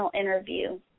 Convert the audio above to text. interview